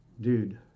Dude